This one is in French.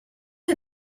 est